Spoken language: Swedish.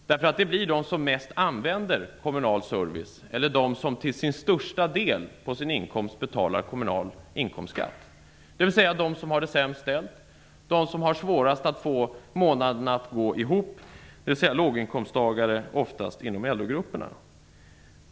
Det blir ju de som mest använder kommunal service eller de som till största delen av sin inkomst betalar kommunal inkomstskatt, dvs. de som har det sämst ställt och de som har svårast att få månaderna att gå ihop. Det gäller alltså låginkomsttagare, oftast inom LO-grupperna.